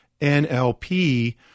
NLP